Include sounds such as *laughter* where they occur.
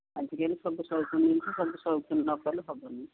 ଆଜିକାଲି ସବୁ *unintelligible* ନେଇି ସବୁ *unintelligible* ନକଲେ ହେବନି